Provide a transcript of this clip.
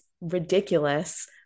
ridiculous